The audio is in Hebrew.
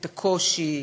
את הקושי,